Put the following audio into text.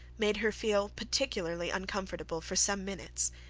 made her feel particularly uncomfortable for some minutes.